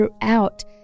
throughout